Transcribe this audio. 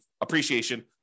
appreciation